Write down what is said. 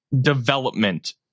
development